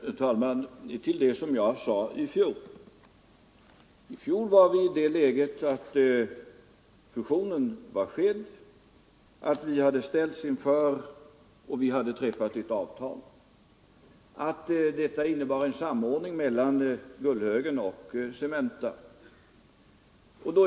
Herr talman! Först några ord om vad jag sade i fjol. Då var vi i det läget att fusionen var klar, och avtal hade träffats som innebar en samordning mellan Gullhögen och Cementa.